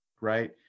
right